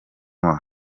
yujuje